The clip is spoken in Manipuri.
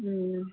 ꯎꯝ